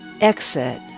exit